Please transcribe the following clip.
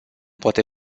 poate